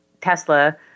Tesla